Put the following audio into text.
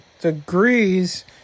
degrees